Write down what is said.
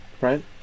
Right